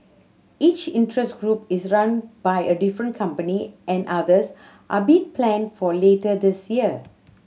each interest group is run by a different company and others are being planned for later this year